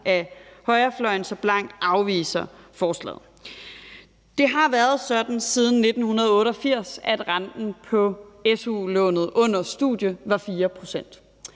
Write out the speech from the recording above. af højrefløjen så blankt afviser forslaget. Det har været sådan siden 1988, at renten på su-lånet under studie var 4 pct.